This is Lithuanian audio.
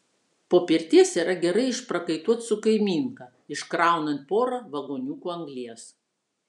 po pirties yra gerai išprakaituot su kaimynka iškraunant porą vagoniukų anglies